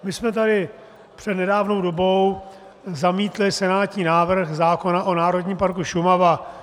My jsme tady před nedávnou dobou zamítli senátní návrh zákona o Národním parku Šumava.